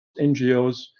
NGOs